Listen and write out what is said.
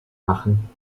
machen